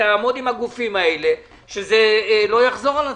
שתעמוד עם הגופים האלה, שזה לא יחזור על עצמו.